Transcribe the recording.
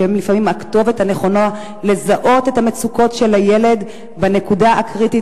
שהן לפעמים הכתובת הנכונה לזהות את המצוקות של הילד בנקודה הקריטית,